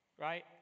right